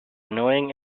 annoying